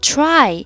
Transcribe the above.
Try